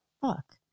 fuck